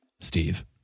Steve